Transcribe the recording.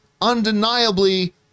undeniably